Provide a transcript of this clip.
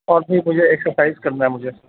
اور بھی مجھے ایکسرسائز کرنا ہے مجھے